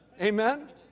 Amen